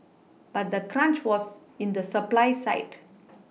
but the crunch was in the supply side